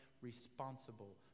responsible